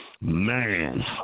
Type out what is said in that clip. Man